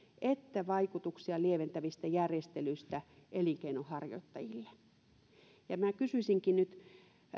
että vaikutuksia lieventävistä järjestelyistä elinkeinonharjoittajille minä kysyisinkin nyt